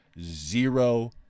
zero